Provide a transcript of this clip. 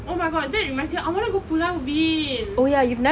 oh my god that reminds me I want to go pulau ubin